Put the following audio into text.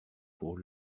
pour